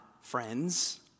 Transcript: friends